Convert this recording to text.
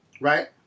right